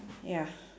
ya